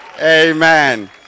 Amen